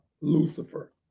Lucifer